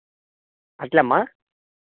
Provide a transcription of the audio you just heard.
అట్లేమ్మ